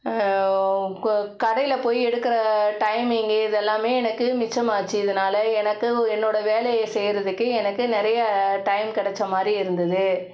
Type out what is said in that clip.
கோ கடையில் போய் எடுக்கிற டைமிங்கு இதெல்லாமே எனக்கு மிச்சமாச்சு இதனால எனக்கு என்னோடய வேலையை செய்கிறதுக்கு எனக்கு நிறைய டைம் கிடைச்ச மாதிரி இருந்தது